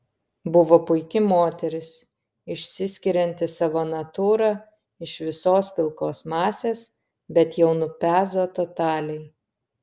buvo puiki moteris išsiskirianti savo natūra iš visos pilkos masės bet jau nupezo totaliai